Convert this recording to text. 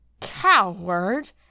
Coward